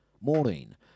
Maureen